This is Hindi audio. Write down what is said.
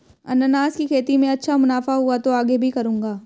अनन्नास की खेती में अच्छा मुनाफा हुआ तो आगे भी करूंगा